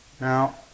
Now